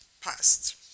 past